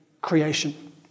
creation